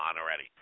already